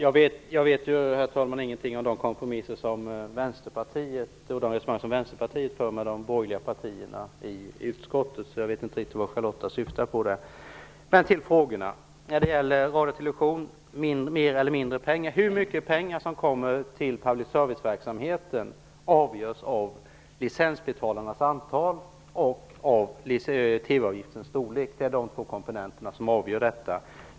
Herr talman! Jag vet ingenting om de kompromisser som Vänsterpartiet gör med de borgerliga partierna i utskottet. Jag vet inte riktigt vad Charlotta L Bjälkebring syftar på där. Jag går till frågorna. Det gäller frågan om mer eller mindre pengar till radio och television. Hur mycket pengar som kommer till public serviceverksamheten avgörs av licensbetalarnas antal och av TV-avgiftens storlek. Det är de två komponenter som avgör detta.